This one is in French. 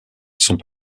sont